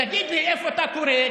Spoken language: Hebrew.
תגיד לי איפה אתה קורא,